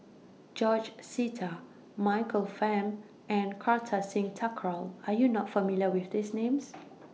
George Sita Michael Fam and Kartar Singh Thakral Are YOU not familiar with These Names